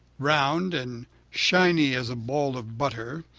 round and shiny as a ball of butter,